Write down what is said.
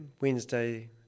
Wednesday